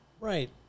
Right